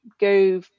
go